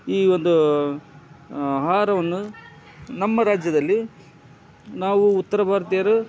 ಈ ಒಂದು ಆಹಾರವನ್ನು ನಮ್ಮ ರಾಜ್ಯದಲ್ಲಿ ನಾವು ಉತ್ತರ ಭಾರ್ತೀಯರು